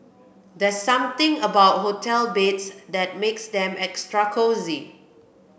there's something about hotel beds that makes them extra cosy